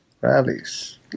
Rallies